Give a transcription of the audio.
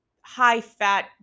high-fat